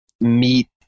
meet